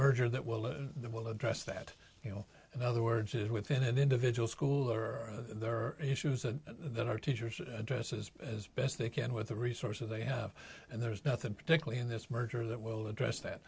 merger that will it will address that you know in other words is within an individual school or there are issues and there are teachers addresses as best they can with the resources they have and there's nothing particularly in this merger that will address that